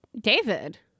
David